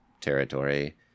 territory